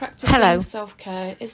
Hello